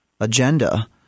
agenda